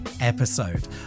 episode